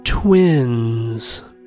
Twins